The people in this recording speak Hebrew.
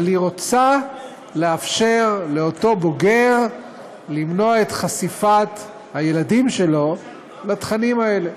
אבל היא רוצה לאפשר לאותו בוגר למנוע את חשיפת הילדים שלו לתכנים האלה.